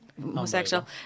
homosexual